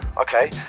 okay